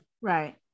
Right